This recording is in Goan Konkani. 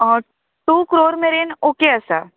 टू क्रोर मेरेन ऑके आसा